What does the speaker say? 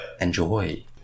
enjoy